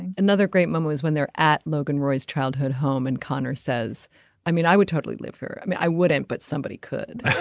and another great memoirs when they're at logan roy's childhood home and connor says i mean i would totally live here. i mean i wouldn't but somebody could.